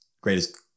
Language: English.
Greatest